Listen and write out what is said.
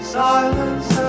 silence